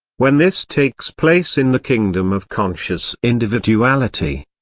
when this takes place in the kingdom of conscious individuality,